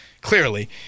clearly